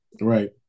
right